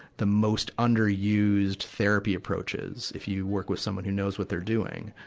the most underused therapy approaches, if you work with someone who knows what they're doing.